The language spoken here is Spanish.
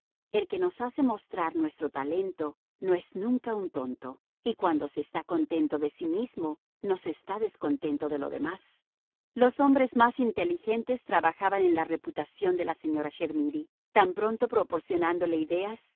el que nos hace mostrar nuestro talento no es nunca un tonto y cuando se está contento de sí mismo no se está descontento de los demás los hombres más inteligentes trabajaban en la reputación de la señora chermidy tan pronto proporcionándole ideas